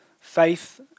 Faith